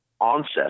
onset